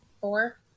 Four